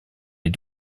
les